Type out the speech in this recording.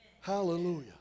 Hallelujah